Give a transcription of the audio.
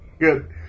Good